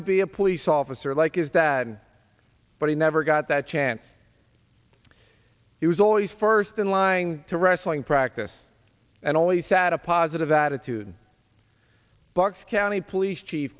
to be a police officer like is that but he never got that chance he was always first in line to wrestling practice and only sat a positive attitude bucks county police chief